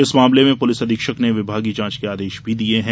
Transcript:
इस मामले में पुलिस अधीक्षक ने विभागीय जांच के आदेश दिये हैं